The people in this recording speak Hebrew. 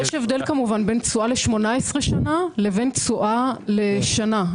כמובן בין תשואה ל-18 שנה לתשואה לשנה.